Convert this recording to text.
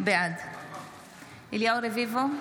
בעד אליהו רביבו,